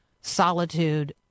solitude